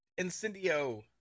incendio